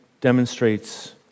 demonstrates